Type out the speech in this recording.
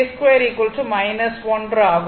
j2 1 ஆகும்